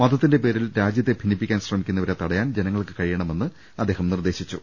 മത ത്തിന്റെ പേരിൽ രാജ്യത്തെ ഭിന്നിപ്പിക്കാൻ ശ്രമിക്കുന്ന വരെ തടയാൻ ജനങ്ങൾക്ക് കഴിയണമെന്നും അദ്ദേഹം നിർദ്ദേശിച്ചു